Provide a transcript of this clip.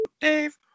Dave